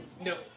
No